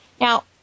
Now